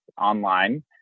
online